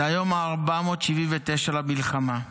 זה היום ה-479 למלחמה.